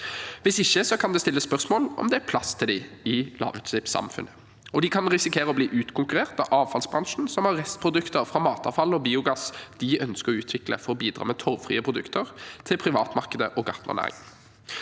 Hvis ikke kan det stilles spørsmål ved om det er plass til dem i lavutslippssamfunnet. De kan risikere å bli utkonkurrert av avfallsbransjen, som har restprodukter fra matavfall og biogass de ønsker å utvikle for å bidra med torvfrie produkter til privatmarkedet og gartnernæringen.